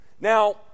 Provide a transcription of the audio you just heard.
now